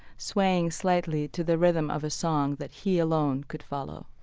swaying slightly to the rhythm of a song that he alone could follow